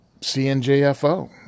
CNJFO